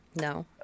No